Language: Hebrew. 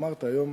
אתה אמרת, היום